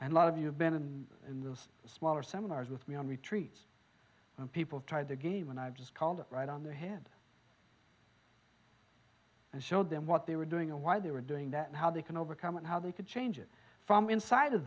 and lot of you have been in those smaller seminars with me on retreats and people try the game and i've just called right on the head and showed them what they were doing or why they were doing that and how they can overcome and how they could change it from inside of